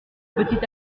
petit